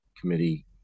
Committee